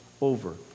over